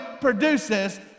produces